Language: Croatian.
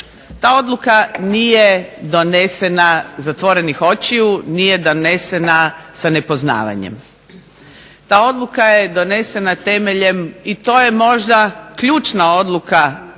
Ta odluka nije donesena zatvorenih očiju, nije donesena sa nepoznavanjem. Ta odluka je donesena temeljem, i to je možda ključna odluka